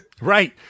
Right